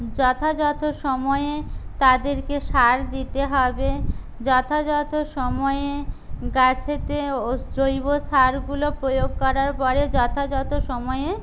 যথাযথ সময়ে তাদেরকে সার দিতে হবে যথাযথ সময়ে গাছেতে ওস জৈবসারগুলো প্রয়োগ করার পরে যথাযথ সময়ে